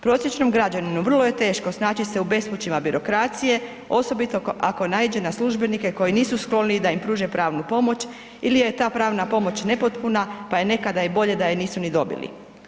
Prosječnom građaninu vrlo je teško snaći se u bespućima birokracije, osobito ako naiđe na službenike koji nisu skloni da im pruže pravnu pomoć ili je ta pravna pomoć nepotpuna, pa je nekada i bolje da je nisu ni dobili.